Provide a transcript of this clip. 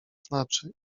znaczy